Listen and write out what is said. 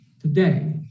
today